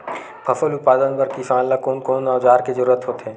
फसल उत्पादन बर किसान ला कोन कोन औजार के जरूरत होथे?